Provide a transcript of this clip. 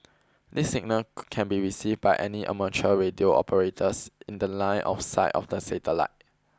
this signal can be received by any amateur radio operators in the line of sight of the satellite